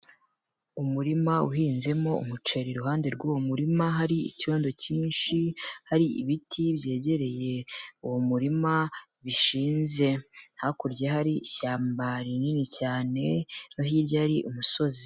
Umurima uhinzemo umuceri. Iruhande rw'uwo murima hari icyondo cyinshi, hari ibiti byegereye uwo murima, bishinze. Hakurya hari ishyamba rinini cyane, no hirya ari umusozi.